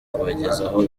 kubagezaho